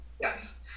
Yes